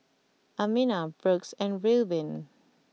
Amina Brooks and Reubin